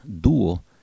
duo